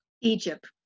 Egypt